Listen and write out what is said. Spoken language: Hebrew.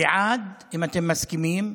אם אתם מסכימים,